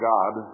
God